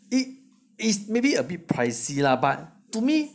it is maybe a bit pricey lah